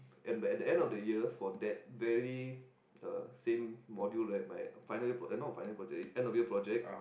and by the end of the year for that very uh same module right my final year eh not final year project end of year project